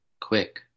Quick